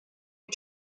are